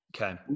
Okay